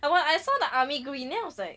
I wan~ I saw the army green and then I was like